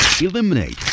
eliminate